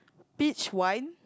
beach wine